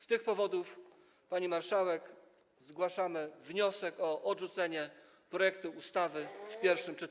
Z tych powodów, pani marszałek, zgłaszamy wniosek o odrzucenie projektu ustawy w pierwszym czytaniu.